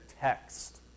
text